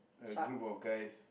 a group of guys